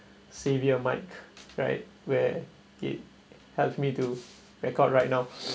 xavier mic right where it helps me to record right now